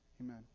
Amen